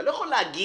אתה לא יכול להגיד: